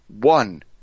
One